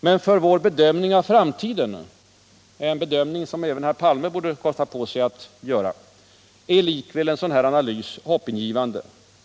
Men för vår bedömning av framtiden — en bedömning som även herr Palme borde kosta på sig att göra — är likväl en sådan analys hoppingivande.